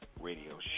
radio